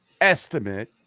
estimate